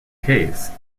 case